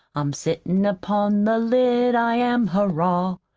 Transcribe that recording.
i'm sittin' upon the lid, i am, hurrah!